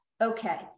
Okay